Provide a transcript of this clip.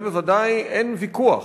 על זה בוודאי אין ויכוח,